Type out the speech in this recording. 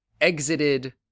exited